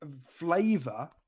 flavor